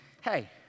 hey